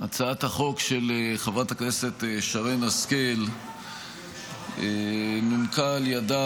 הצעת החוק של חברת הכנסת שרן השכל נומקה על ידיה